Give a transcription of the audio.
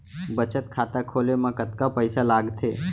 बचत खाता खोले मा कतका पइसा लागथे?